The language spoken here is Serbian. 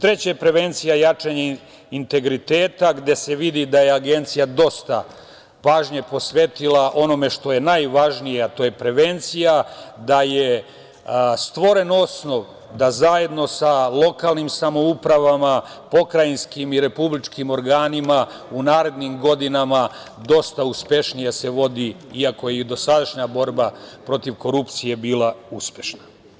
Treće, prevencija i jačanje integriteta gde se vidi da je Agencija dosta pažnje posvetila onome što je najvažnije, a to je prevencija, da je stvoren osnov da zajedno sa lokalnim samoupravama pokrajinskim i republičkim organima u narednim godinama dosta uspešnije se vodi, iako i dosadašnja borba protiv korupcije je bila uspešna.